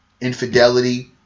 infidelity